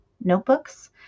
notebooks